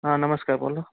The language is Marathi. हां नमस्कार बोला